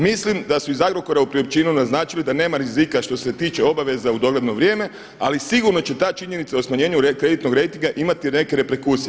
Mislim da su iz Agrokora u priopćenju naznačili da nema rizika što se tiče obaveza u dogledno vrijeme, ali sigurno će ta činjenica o smanjenju kreditnog rejtinga imati neke reperkusije.